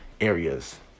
areas